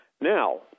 Now